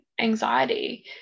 anxiety